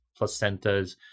placentas